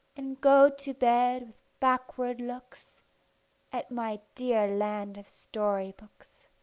and go to bed with backward looks at my dear land of story-books.